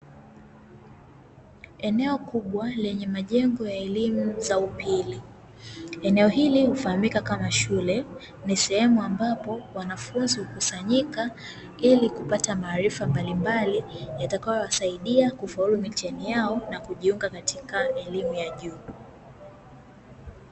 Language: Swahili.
Eneo kubwa lenye majengo ya elimu za upili eneo hili hufamika kama shule, nisehemu ambapo wanafunzi hukusanyika ili kupata maarifa mbalimbali yatakayowasaidia kufaulu mitihani yao na kujiunga Katika elimu ya juu.